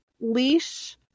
leash